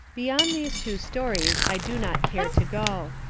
beyond these two stories, i do not care to go.